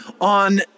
on